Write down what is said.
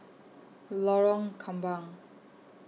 Lorong Kembang